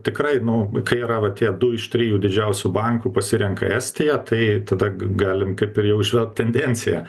tikrai nu kai yra va tie du iš trijų didžiausių bankų pasirenka estiją tai tada g galim kaip ir jau įžvelgt tendenciją